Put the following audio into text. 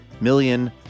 million